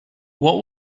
what